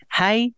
hi